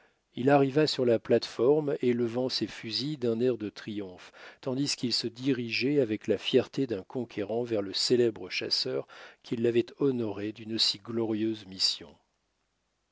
il arriva sur la plate-forme élevant ses fusils d'un air de triomphe tandis qu'il se dirigeait avec la fierté d'un conquérant vers le célèbre chasseur qui l'avait honoré d'une si glorieuse mission